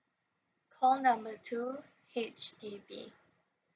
call number two H_D_B